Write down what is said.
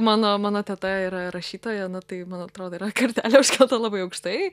mano mano teta yra rašytoja na tai man atrodo yra kartelė užkelta labai aukštai